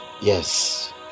yes